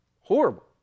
horrible